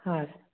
ಹಾಂ ರೀ